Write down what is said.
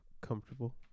comfortable